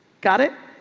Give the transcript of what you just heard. got it.